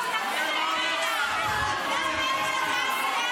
דוידסון, קריאה ראשונה.